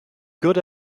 good